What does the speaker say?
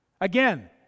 Again